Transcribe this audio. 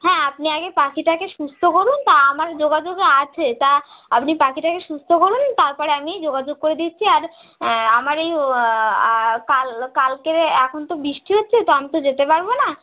হ্যাঁ আপনি আগে পাখিটাকে সুস্থ করুন তা আমার যোগাযোগে আছে তা আপনি পাখিটাকে সুস্থ করুন তারপরে আমি যোগাযোগ করে দিচ্ছি আর আমার এই কাল কালকে এখন তো বৃষ্টি হচ্ছে তো আমি তো যেতে পারবো না